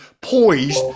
poised